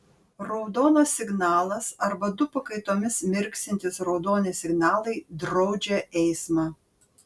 raudonas signalas arba du pakaitomis mirksintys raudoni signalai draudžia eismą